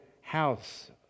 house